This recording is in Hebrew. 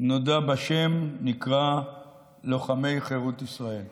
נודע בשם ונקרא "לוחמי חירות ישראל".